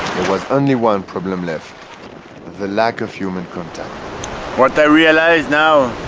was only one problem left the lack of human contact what i realize now